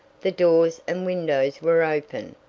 the doors and windows were open,